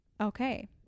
Okay